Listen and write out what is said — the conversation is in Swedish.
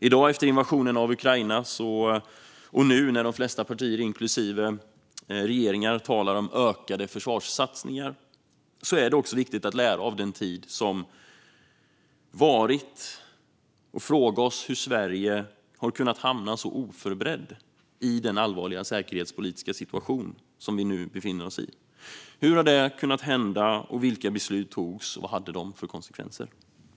I dag, efter invasionen av Ukraina och nu när de flesta partier inklusive regeringar talar om ökade försvarssatsningar, är det också viktigt att lära av den tid som varit och fråga oss hur Sverige har kunnat hamna så oförberett i den allvarliga säkerhetspolitiska situation som vi nu befinner oss i. Hur har det kunnat hända, vilka beslut togs och vad hade de för konsekvenser?